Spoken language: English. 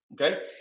Okay